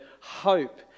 hope